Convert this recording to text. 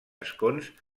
escons